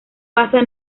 pasa